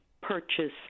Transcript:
purchase